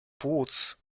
płuc